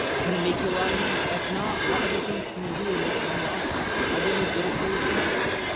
going to make you a lot of money? if not, what other things can you do to make money off of them? are there any good affiliate programs?